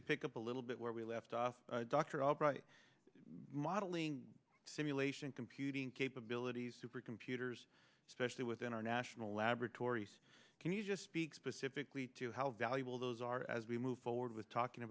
to pick up a little bit where we left off dr albright modeling simulation computing capabilities supercomputers especially within our national laboratories can you just speak specifically to how valuable those are as we move forward with talking